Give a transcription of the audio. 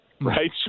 Right